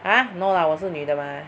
!huh! no lah 我是女的 mah